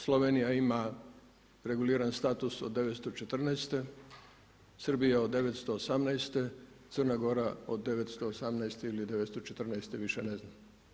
Slovenija ima reguliran status od 914., Srbija od 918., Crna Gora do 918. ili 914., više ne znam.